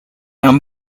han